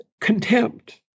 contempt